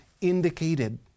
indicated